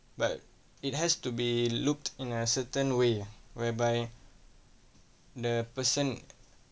but it has to be looked in a certain way ah whereby the person